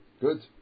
Good